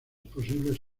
posibles